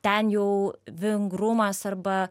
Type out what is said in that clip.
ten jau vingrumas arba